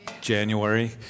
January